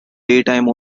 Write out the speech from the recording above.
daytime